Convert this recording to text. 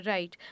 Right